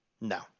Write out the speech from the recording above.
No